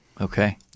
Okay